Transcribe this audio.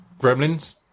Gremlins